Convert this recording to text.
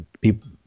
people